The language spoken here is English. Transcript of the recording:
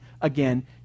again